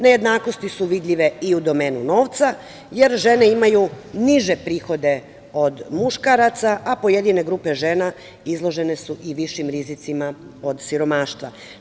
Nejednakosti su vidljive i u domenu novca, jer žene imaju niže prihode od muškaraca, a pojedine grupe žena izložene su i višim rizicima od siromaštva.